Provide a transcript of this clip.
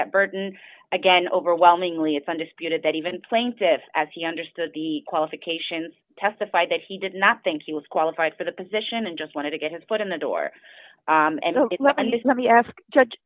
that burden again overwhelmingly it's undisputed that even plaintiffs as he understood the qualifications testified that he did not think he was qualified for the position and just wanted to get his foot in the door and ok let me just let me ask judge